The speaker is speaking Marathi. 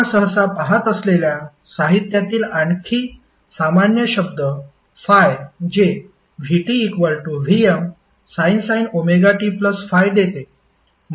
आपण सहसा पाहत असलेल्या साहित्यातील आणखी सामान्य शब्द ∅ जे vtVmsin ωt∅ देते